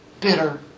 bitter